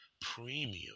premium